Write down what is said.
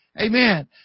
Amen